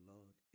Lord